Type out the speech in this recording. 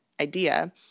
idea